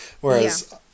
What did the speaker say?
whereas